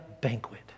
banquet